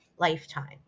lifetime